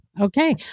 Okay